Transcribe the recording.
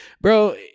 Bro